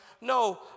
No